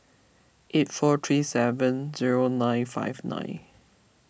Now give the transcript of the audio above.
eight four three seven zero nine five nine